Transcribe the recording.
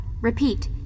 Repeat